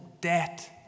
debt